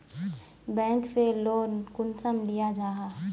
Bank से loan कुंसम लिया जाहा?